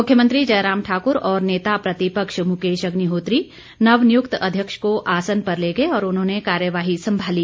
मुख्यमंत्री जयराम ठाकुर और नेता प्रतिपक्ष मुकेश अग्निहोत्री नवनियुक्त अध्यक्ष को आसन पर ले गए और उन्होंने कार्यवाही संभाली